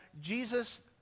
Jesus